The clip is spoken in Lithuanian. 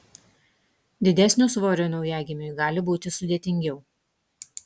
didesnio svorio naujagimiui gali būti sudėtingiau